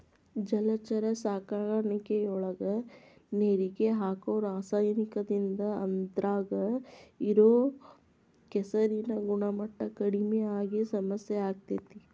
ಜಲಚರ ಸಾಕಾಣಿಕೆಯೊಳಗ ನೇರಿಗೆ ಹಾಕೋ ರಾಸಾಯನಿಕದಿಂದ ಅದ್ರಾಗ ಇರೋ ಕೆಸರಿನ ಗುಣಮಟ್ಟ ಕಡಿಮಿ ಆಗಿ ಸಮಸ್ಯೆ ಆಗ್ತೇತಿ